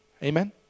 Amen